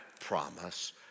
promise